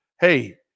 hey